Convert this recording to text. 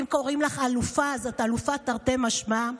אם קוראים לך אלופה, את אלופה, תרתי משמע.